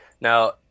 Now